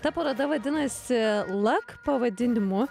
ta paroda vadinasi lak pavadinimu